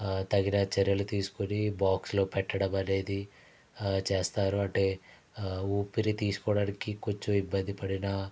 తగిన చర్యలు తీసుకుని బాక్స్ లో పెట్టడం అనేది చేస్తారు అంటే ఊపిరి తీసుకోవడానికి కొంచెం ఇబ్బంది పడినా